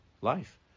life